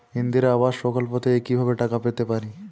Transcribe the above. ইন্দিরা আবাস প্রকল্প থেকে কি ভাবে টাকা পেতে পারি?